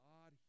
God